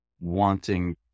wanting